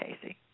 Casey